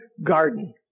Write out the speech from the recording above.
garden